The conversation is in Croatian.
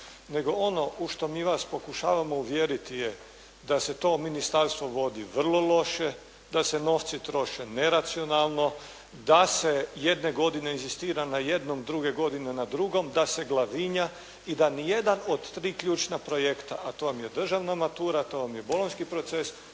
Nego ono u što mi vas pokušavamo uvjeriti je da se to Ministarstvo vodi vrlo loše, da se novci troše neracionalno. Da se jedne godine inzistira na jednom, druge godine na drugom. Da se glavinja i da nijedan od tri ključna projekta a to vam je državna matura, to vam je bolonjski proces,